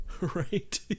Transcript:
Right